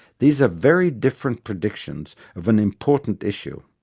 these are very different predictions of an important issue.